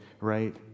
right